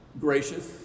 gracious